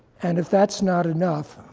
and if that's not enough,